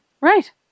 Right